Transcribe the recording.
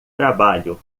trabalho